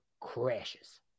crashes